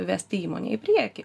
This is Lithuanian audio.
vesti įmonę į priekį